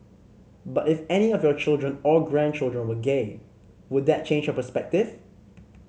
but if any of your children or grandchildren were gay would that change your perspective